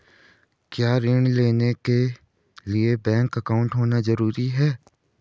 क्या ऋण लेने के लिए बैंक अकाउंट होना ज़रूरी है?